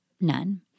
none